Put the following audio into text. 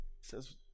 says